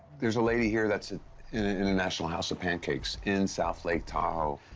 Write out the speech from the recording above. there's a lady here that's in an international house of pancakes in south lake tahoe.